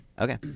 okay